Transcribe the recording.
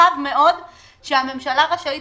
על סל הטבות רחב מאוד שהממשלה רשאית